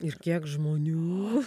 ir kiek žmonių